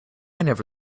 never